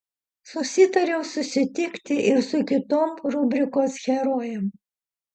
susitariau susitikti ir su kitom rubrikos herojėm